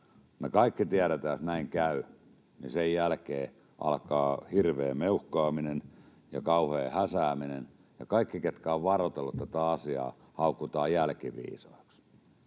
kaikki tiedetään, että näin käy, ja sen jälkeen alkaa hirveä meuhkaaminen ja kauhea häsääminen, ja kaikki, ketkä ovat varoitelleet tätä asiaa, haukutaan jälkiviisaaksi.